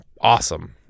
awesome